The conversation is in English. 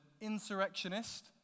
insurrectionist